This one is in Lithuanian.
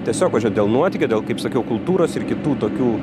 tiesiog važiuot dėl nuotykių kaip sakiau kultūros ir kitų tokių